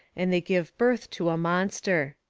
and they give birth to a monster.